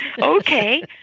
Okay